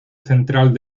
central